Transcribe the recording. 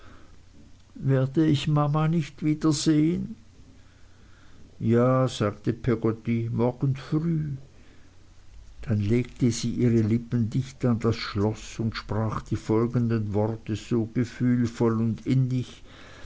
werde ich mama nicht mehr wiedersehen ja sagte peggotty morgen früh dann legte sie ihre lippen dicht an das schloß und sprach die folgenden worte so gefühlvoll und